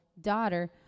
daughter